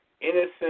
innocent